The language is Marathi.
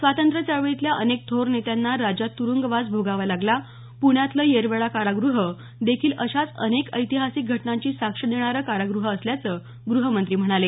स्वातंत्र्य चळवळीतल्या अनेक थोर नेत्यांना राज्यात तुरुंगवास भोगावा लागला पुण्यातलं येखडा कारागृह देखील अशाच अनक ऐतिहासिक घटनांची साक्ष देणारं काराग्रह असल्याचं ग्रहमंत्री म्हणाले